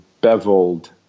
beveled